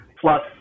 Plus